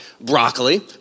broccoli